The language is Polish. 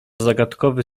zagadkowy